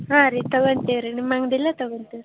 ಹಾಂ ರೀ ತಗೊಳ್ತೀವಿ ರೀ ನಿಮ್ಮ ಅಂಗಡಿಲೇ ತಗೊಳ್ತೀವಿ ರೀ